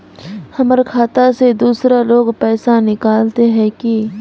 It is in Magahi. हमर खाता से दूसरा लोग पैसा निकलते है की?